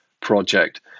project